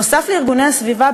נוסף על ארגוני הסביבה,